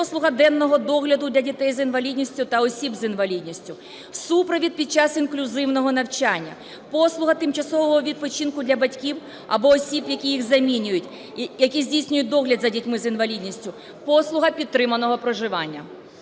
послуга денного догляду для дітей з інвалідністю та осіб з інвалідністю, супровід під час інклюзивного навчання, послуга тимчасового відпочинку для батьків або осіб, які їх замінюють, які здійснюють догляд за дітьми з інвалідністю, послуга підтриманого проживання.